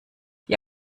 die